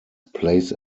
plays